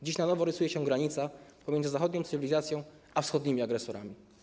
Dziś na nowo rysuje się granica pomiędzy zachodnią cywilizacją a wschodnimi agresorami.